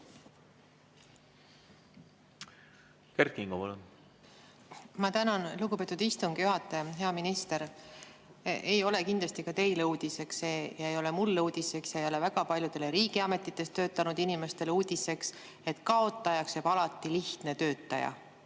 Ma tänan, lugupeetud istungi juhataja! Hea minister! Ei ole kindlasti teile uudiseks, ei ole mulle uudiseks ja ei ole väga paljudele riigiametites töötanud inimestele uudiseks, et kaotajaks jääb alati lihtne töötaja.